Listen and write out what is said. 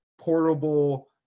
portable